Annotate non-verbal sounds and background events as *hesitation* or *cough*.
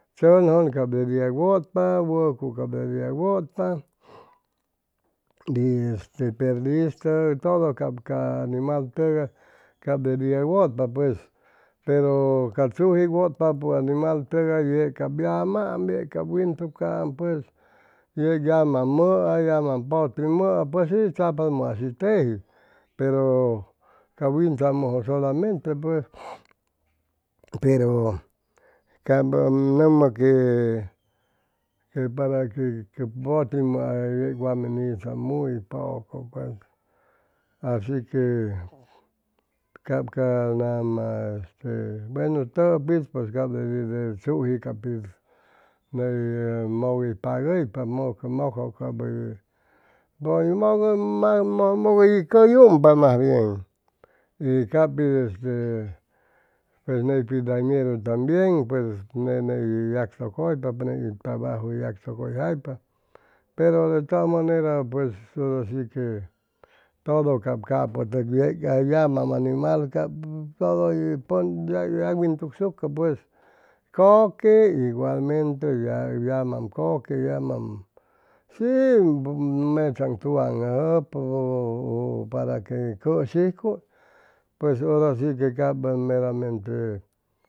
Chʉnjʉn cap de dia wʉtpa wʉcu cap de dia wʉtpa y este perdis tʉgay todo cap ca animal tʉgay cap de dia wʉtpa pues pero ca zuji wʉtpapʉ animal tʉgay ye cap yamaam yec ca wintucam pues yeg yamam mʉa yamam potimʉa pues chapatz mʉa shi teji pero ca wintzamʉ solamente pues *hesitation* pues cap ʉn nʉmʉ que para que poti mʉa yeg wa min hizam muy poco asi que cap ca nama este bueno todo pich cap de tzuji capi ney mʉguipagʉypa mʉkjʉ cap hʉy *hesitation* mʉk hʉy cʉyumpa mas bien y cap pit este pues ney pitz dañeru tambien pues nete ney yagtʉcʉypa ni trabaju yagtʉcʉyjaypa pero de todas maneras pues hora si que todo cap capʉ tʉgyei aj yamam animal todo pʉn yagwintugsucʉ pues kʉque igualmente ya yeg yamam kʉque yamam shi mecaŋ tugaŋajʉpʉ ʉ ʉ para que cʉshijcu pues hora shi que cap meramente